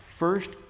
First